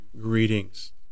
greetings